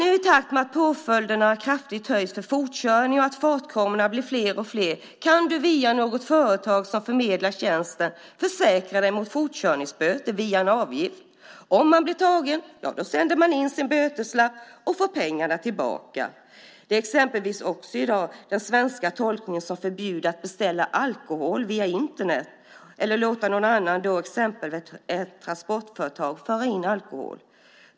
I takt med att påföljderna kraftigt höjs för fortkörning och att fartkamerorna blir fler och fler kan du via något företag som förmedlar tjänsten försäkra dig mot fortkörningsböter via en avgift. Om man blir tagen sänder man in sin böteslapp och får pengarna tillbaka. Det är exempelvis också i dag, med den svenska tolkningen, förbjudet att beställa alkohol via Internet eller låta någon annan, till exempel ett transportföretag, föra in alkohol.